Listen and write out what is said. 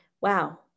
wow